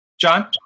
John